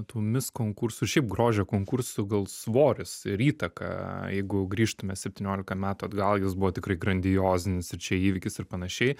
tų mis konkursų šiaip grožio konkursų gal svoris ir įtaka jeigu grįžtume septyniolika metų atgal jis buvo tikrai grandiozinis ir čia įvykis ir panašiai